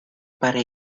para